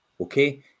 okay